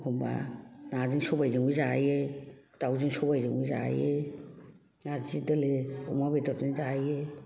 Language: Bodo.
अखम्बा नाजों सबायजोंबो जायो दावजों सबायजोंबो जायो नारजि दोलो अमा बेदरजों जायो